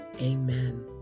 amen